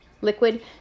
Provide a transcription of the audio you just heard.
liquid